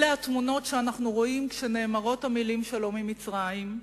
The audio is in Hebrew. אלה התמונות שאנחנו רואים כשנאמרות המלים "שלום עם מצרים",